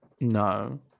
No